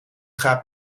gaat